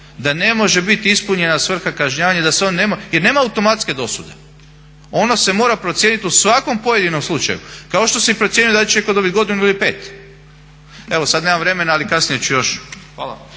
da ne može biti ispunjena svrha kažnjavanja jer nema automatske dosude. Ono se mora procijeniti u svakom pojedinom slučaju kao što se procjenjuje da … godinu ili pet. Evo sa da nemam vremena, ali kasnije ću još.